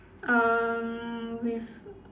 um with